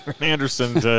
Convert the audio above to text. Anderson